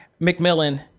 McMillan